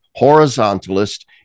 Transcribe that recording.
horizontalist